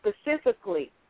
specifically